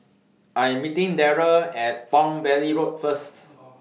I Am meeting Darrell At Palm Valley Road First